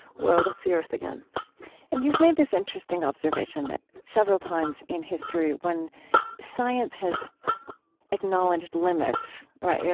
whoa, that's the earth again and you've made this interesting observation that several times in history when science has acknowledged limits, right? yeah